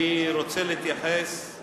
אני רוצה קודם כול להתייחס לא